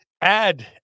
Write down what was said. add